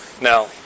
Now